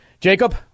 Jacob